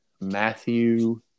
Matthew –